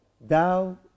thou